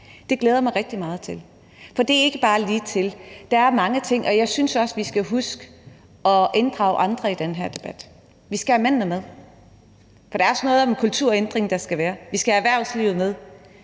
Det glæder jeg mig rigtig meget til, for det er ikke bare ligetil. Der er mange ting, og jeg synes også, vi skal huske at inddrage andre i den her debat. Vi skal have mændene med, for det bliver også noget af en kulturændring. Vi skal have erhvervslivet med.